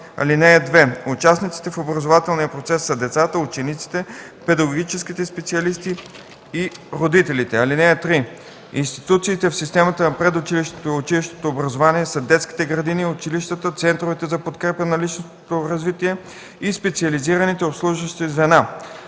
(2) Участниците в образователния процес са децата, учениците, педагогическите специалисти и родителите. (3) Институциите в системата на предучилищното и училищното образование са детските градини, училищата, центровете за подкрепа на личностно развитие и специализираните обслужващи звена.